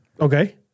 Okay